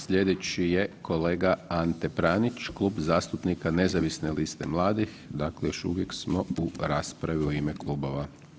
Sljedeći je kolega Ante Pranić Klub zastupnika Nezavisne liste mladih dakle još uvijek smo u raspravi u ime klubova.